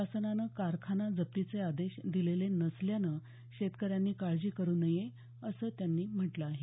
शासनानं कारखाना जप्तीचे आदेश दिलेले नसल्यानं शेतकऱ्यांनी काळजी करू नये असं त्यांनी म्हटलं आहे